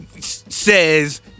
says